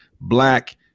black